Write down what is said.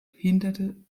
hinderte